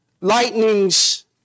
Lightnings